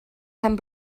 pen